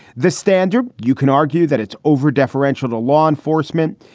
the standard? you can argue that it's over deferential to law enforcement,